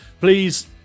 Please